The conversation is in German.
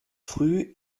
früh